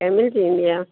camel जी ईंदी आहे